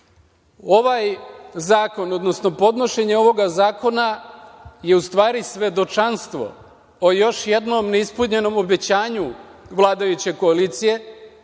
zakon, odnosno podnošenje ovog zakona je u stvari svedočanstvo o još jednom neispunjenom obećanju vladajuće koalicije.